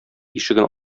ишеген